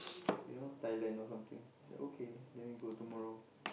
you know Thailand or something say okay then we go tomorrow